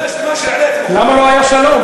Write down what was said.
למה לא היה שלום?